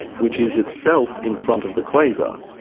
which is itself in front of the quasar.